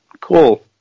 Cool